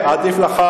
שיבוא